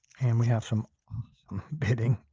and we have some pitting.